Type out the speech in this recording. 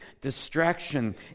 distraction